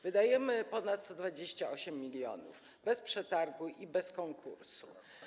Wydajemy ponad 128 mln bez przetargu i bez konkursu.